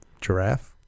giraffe